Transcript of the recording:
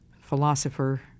philosopher